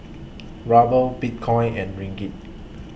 Ruble Bitcoin and Ringgit